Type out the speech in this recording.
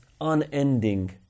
unending